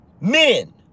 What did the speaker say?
Men